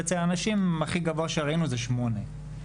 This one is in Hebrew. ולנשים הכי הרבה זה שמונה סכיני גילוח,